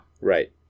Right